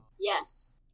Yes